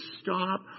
stop